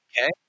Okay